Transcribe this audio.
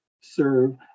serve